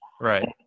Right